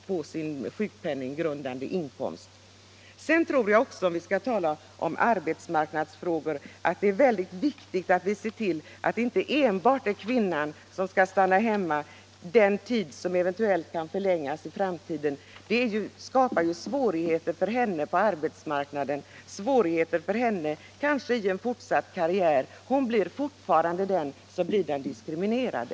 Föräldraförsäkring Skall vi tala om arbetsmarknadsfrågor så vill jag framhålla att det är en m.m. mycket viktigt att vi ser till att det inte enbart blir kvinnan som stannar hemma den längre tid som det eventuellt kan bli fråga om i fortsättningen. Det skapar svårigheter för henne på arbetsmarknaden och i en eventuell fortsatt karriär. Hon blir fortfarande den diskriminerade.